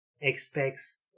expects